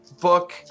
book